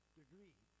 degree